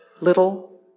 little